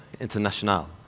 international